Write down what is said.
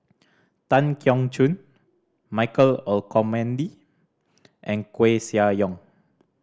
Tan Keong Choon Michael Olcomendy and Koeh Sia Yong